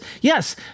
yes